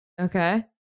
Okay